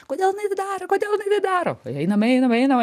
kodėl jinai tai daro kodėl jinai tai daro einam einam einam